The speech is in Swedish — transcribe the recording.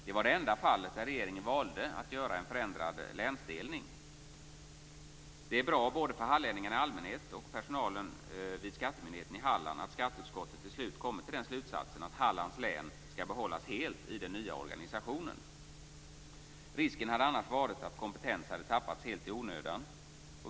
Det var det enda fallet där regeringen valde att göra en förändrad länsdelning. Det är bra både för hallänningarna i allmänhet och personalen vid Skattemyndigheten i Halland att skatteutskottet till slut kom till den slutsatsen att Hallands län skall behållas helt i den nya organisationen. Risken hade annars funnits att kompetens hade tappats helt i onödan.